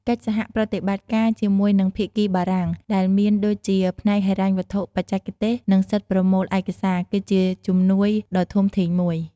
កិច្ចសហប្រតិបត្តិការជាមួយនឹងភាគីបារំាង ដែលមានដូចជាផ្នែកហិរញ្ញវត្ថុបច្ចេកទេស និងសិទ្ធប្រមូលឯកសារ គឺជាជំនួយដ៏ធំធេងមួយ។